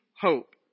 hope